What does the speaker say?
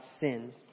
sin